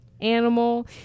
animal